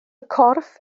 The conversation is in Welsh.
corff